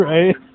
Right